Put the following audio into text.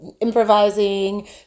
improvising